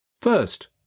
First